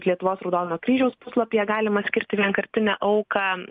lietuvos raudonojo kryžiaus puslapyje galima skirti vienkartinę auką